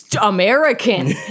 American